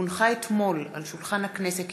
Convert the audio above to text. כי הונחו אתמול על שולחן הכנסת,